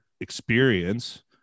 experience